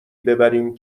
ببریم